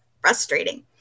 frustrating